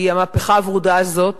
כי המהפכה הוורודה הזאת